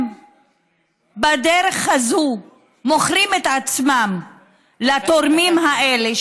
ובדרך הזאת הם מוכרים את עצמם לתורמים האלה,